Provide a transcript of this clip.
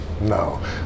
no